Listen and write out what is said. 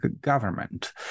government